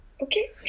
okay